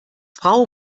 frau